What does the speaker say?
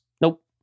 Nope